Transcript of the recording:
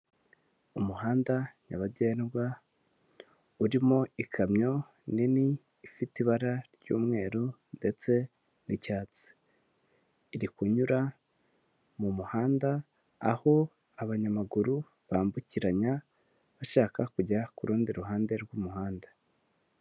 Umuhanda nyabagendwa urimo ikamyo nini ifite ibara ry'umweru ndetse n'icyatsi, iri kunyura mu muhanda aho abanyamaguru bambukiranya bashaka kujya ku rundi ruhande rw'umuhanda.